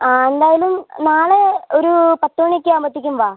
എന്തായാലും നാളെ ഒരു പത്തു മണിയൊക്കെ ആകുമ്പത്തേക്കും വാ